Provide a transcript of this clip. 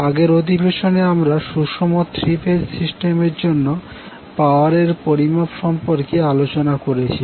আগের অধিবেশনে আমরা সুষম থ্রি ফেজ সিস্টেমের জন্য পাওয়ারের পরিমাপ সম্পর্কে আলোচনা করেছি